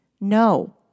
No